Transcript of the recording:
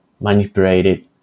manipulated